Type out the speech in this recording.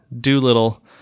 Doolittle